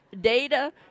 data